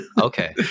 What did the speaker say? Okay